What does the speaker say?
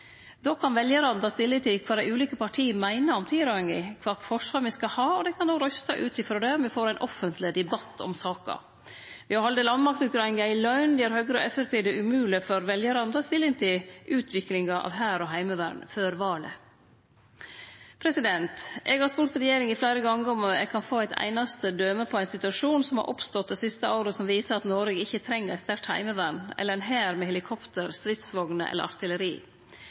Då kan veljarane ta stilling til kva dei ulike partia meiner om tilrådinga, og kva for forsvar me skal ha. Dei kan òg røyste ut frå det, og me får ein offentleg debatt om saka. Ved å halde landmaktutgreiinga i løynd gjer Høgre og Framstegspartiet det umogeleg for veljarane å ta stilling til utviklinga av Hæren og Heimevernet før valet. Eg har spurt regjeringa fleire gonger om eg kan få eitt einaste døme på ein situasjon som har oppstått det siste året som viser at Noreg ikkje treng eit sterkt heimevern, eller ein hær med helikopter, stridsvogner eller